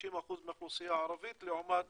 60% מהאוכלוסייה הערבית לעומת